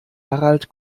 harald